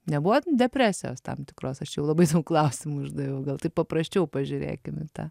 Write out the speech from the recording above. nebuvo depresijos tam tikros aš jau labai daug klausimų uždaviau gal taip paprasčiau pažiūrėkim į tą